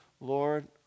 Lord